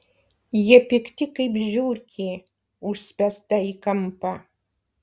jie pikti kaip žiurkė užspęsta į kampą